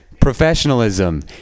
professionalism